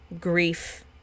grief